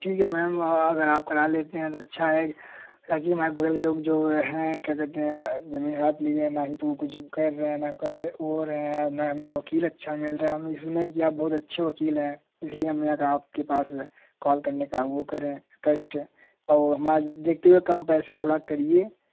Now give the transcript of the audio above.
ठीक है मैम अगर आप करा लेते हैं तो अच्छा है ताकि हमारे बगल के लोग जो हैं क्या कहते हैं ज़मीन हड़प लिया है न ही तो कुछ कर रहे हैं नहीं कह बोल रहे न ही हमें वकील अच्छा मिल रहा है हम यह सुने हैं कि आप बहुत अच्छे वकील हैं इसलिए हमने कहा आपके पास कॉल करने का वह करें कष्ट और हमारे देखते हुए कम पैसे में थोड़ा करिए